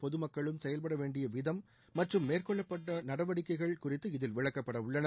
பொது மக்களும் செயல்பட வேண்டிய விதம் மற்றும் மேற்கொள்ளப்பட்ட நடவடிக்கைகள் குறித்து இதில் விளக்கப்படவுள்ளன